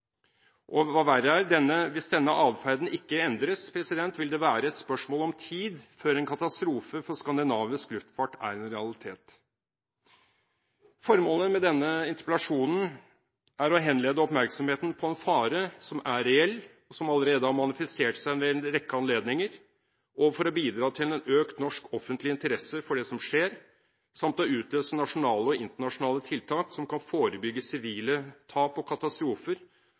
og hva verre er: Hvis denne adferden ikke endres, vil det være et spørsmål om tid før en katastrofe for skandinavisk luftfart er en realitet. Formålet med denne interpellasjonen er å henlede oppmerksomheten på en fare som er reell, og som allerede har manifestert seg ved en rekke anledninger, og å bidra til en økt norsk offentlig interesse for det som skjer, samt å utløse nasjonale og internasjonale tiltak som kan forebygge sivile tap og katastrofer,